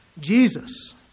Jesus